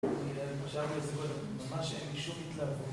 אפשר בסופו ש..., ממש אין בי שום התלהבות